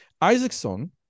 Isaacson